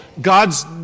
God's